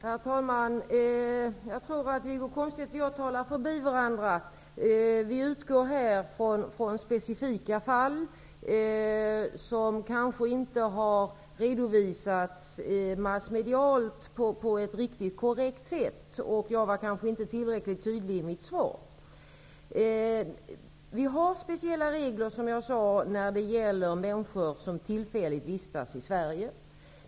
Herr talman! Jag tror att Wiggo Komstedt och jag talar förbi varandra. Vi utgår från specifika fall, som massmedialt kanske inte har redovisats på ett korrekt sätt. Jag var kanske inte heller tillräckligt tydlig i mitt svar. Som jag sade har vi speciella regler när det gäller människor som tillfälligt vistas i Sverige.